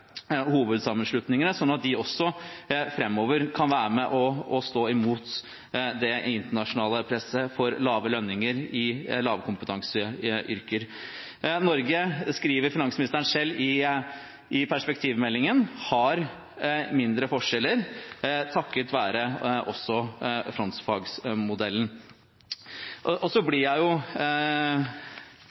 hovedsammenslutningene, slik at de også framover kan være med på å stå imot det internasjonale presset for lave lønninger i lavkompetanseyrker. Norge, skriver finansministeren selv i perspektivmeldingen, har mindre forskjeller takket være også frontfagsmodellen. Jeg sitter og hører på Siv Jensen og